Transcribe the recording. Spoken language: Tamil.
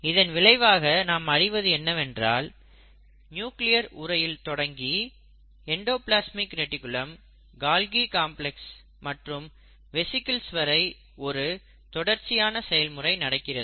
இதன் விளைவாக நாம் அறிவது என்னவென்றால் நியூக்ளியர் உரையில் தொடங்கி எண்டோப்லஸ்மிக் ரெடிக்குலம் கால்கி காம்ப்ளக்ஸ்சில் மற்றும் வெசிக்கில்ஸ் வரை ஒரு தொடர்ச்சியான செயல்முறை நடக்கிறது